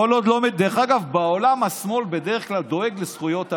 עולם השמאל בדרך כלל דואג לזכויות האדם.